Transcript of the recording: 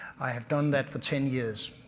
i have done that for ten years.